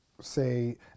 say